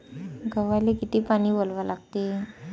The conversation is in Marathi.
गव्हाले किती पानी वलवा लागते?